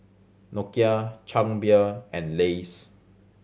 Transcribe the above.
Nokia Chang Beer and Lays